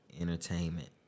entertainment